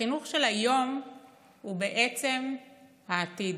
החינוך של היום הוא בעצם העתיד,